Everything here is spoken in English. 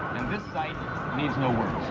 this sight needs no